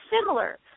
similar